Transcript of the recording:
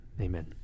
Amen